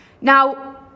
Now